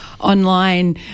online